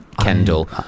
Kendall